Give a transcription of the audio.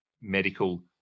medical